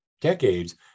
decades